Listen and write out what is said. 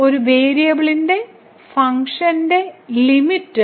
ഒരു വേരിയബിളിന്റെ ഫംഗ്ഷന്റെ ലിമിറ്റ്